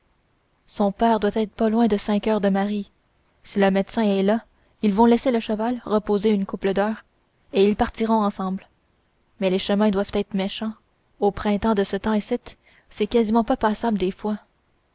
son père doit être loin de saint coeur de marie si le médecin est là ils vont laisser le cheval reposer une couple d'heures et ils partiront ensemble mais les chemins doivent être méchants au printemps de ce temps icitte c'est quasiment pas passable des fois